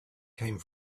came